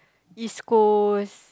East-Coast